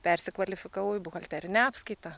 persikvalifikavau į buhalterinę apskaitą